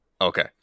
Okay